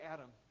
Adam